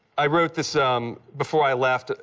i wrote this um before i left.